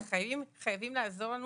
וחייבים לעזור לנו